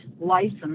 license